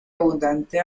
abundante